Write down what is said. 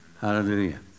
Hallelujah